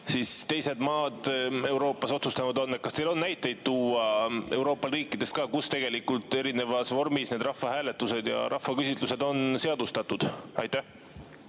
teised maad Euroopas otsustavad. Kas teil on näiteid tuua Euroopa riikidest, kus tegelikult erinevas vormis need rahvahääletused ja rahvaküsitlused on seadustatud? Aitäh,